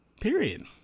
period